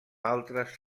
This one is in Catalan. altres